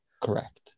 Correct